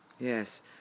Yes